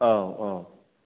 औ औ